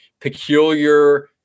peculiar